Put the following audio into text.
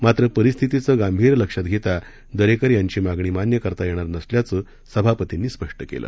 मात्र परिस्थितीचं गांभीर्य लक्षात घेता दरेकर यांची मागणी मान्य करता येणार नसल्याचं सभापतींनी स्पष्ट केलं